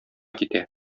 китә